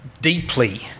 deeply